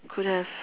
could have